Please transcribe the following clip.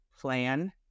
plan